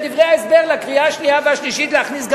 להכניס גם